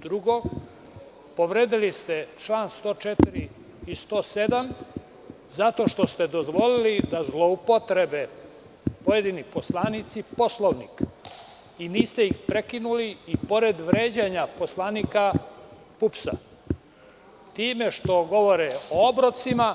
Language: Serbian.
Drugo, povredili ste čl. 104. i 107. zato što ste dozvolili da zloupotrebe pojedini poslanici Poslovnik i niste ih prekinuli i pored vređanja poslanika PUPS-a, time što govore o obrocima,